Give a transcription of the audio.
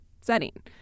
setting